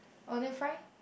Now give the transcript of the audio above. oh then fry